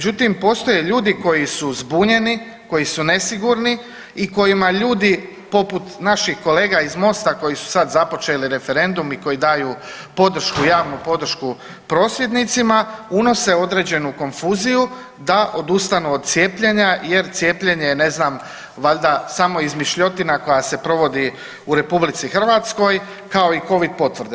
Međutim, postoje ljudi koji su zbunjeni, koji su nesigurni i kojima ljudi poput naših kolega iz Mosta koji su sad započeli referendum i koji daju podršku, javnu podršku prosvjednicima, unose određenu konfuziju da odustanu od cijepljenja jer cijepljenje je ne znam valjda samo izmišljotina koja se provodi u RH, kao i covid potvrde.